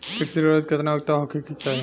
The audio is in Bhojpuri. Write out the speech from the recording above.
कृषि ऋण हेतू केतना योग्यता होखे के चाहीं?